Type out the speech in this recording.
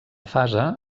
fase